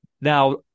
Now-